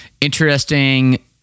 interesting